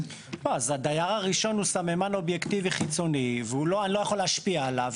הדייר הראשון הוא סממן אובייקטיבי חיצוני ואני לא יכול להשפיע עליו,